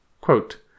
Quote